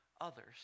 others